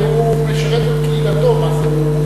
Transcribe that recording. הרי הוא משרת את קהילתו, מה זה.